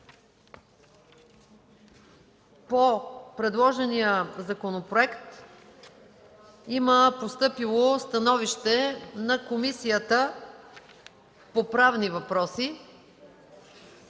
По предложения законопроект има постъпило становище на Комисията по правни въпроси.